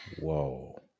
Whoa